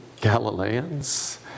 Galileans